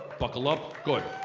buckle up good,